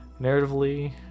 narratively